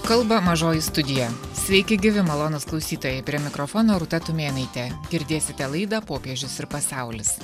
kalba mažoji studija sveiki gyvi malonūs klausytojai prie mikrofono rūta tumėnaitė girdėsite laida popiežius ir pasaulis